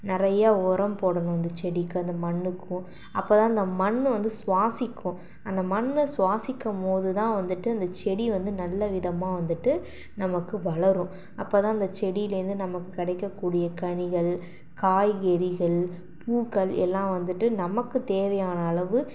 நிறையா உரம் போடணும் அந்த செடிக்கு அந்த மண்ணுக்கும் அப்போ தான் அந்த மண்ணு வந்து சுவாசிக்கும் அந்த மண்ணு சுவாசிக்கும்போது தான் வந்துவிட்டு அந்த செடி வந்து நல்ல விதமாக வந்துவிட்டு நமக்கு வளரும் அப்போ தான் அந்த செடிலேந்து நமக்கு கிடைக்கக்கூடிய கனிகள் காய்கறிகள் பூக்கள் எல்லாம் வந்துவிட்டு நமக்கு தேவையான அளவு